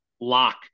lock